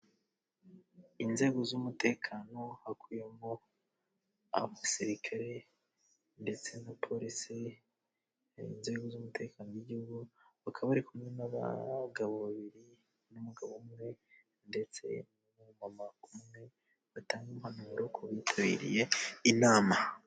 Inzego z'umutekano, hakubiyemo abasirikare ndetse na polisi, inzego z'umutekano w'Igihugu bakaba bari kumwe n'abagabo babiri, n'umugabo umwe ndetse n'umumama umwe, batanga impanuro ku bitabiriye inama.